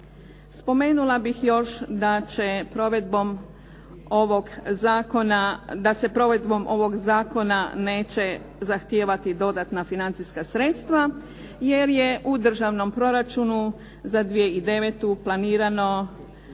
ovog zakona da se provedbom ovog zakona neće zahtijevati dodatna financijska sredstva jer je u državnom proračunu za 2009. planirano